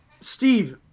Steve